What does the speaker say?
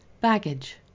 Baggage